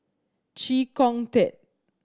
Chee Kong Tet